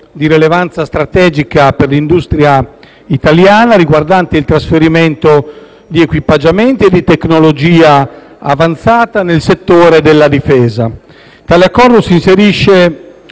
di rilevanza strategica per l'industria italiana, riguardante il trasferimento di equipaggiamenti e di tecnologia avanzata nel settore della difesa. Tale Accordo si inserisce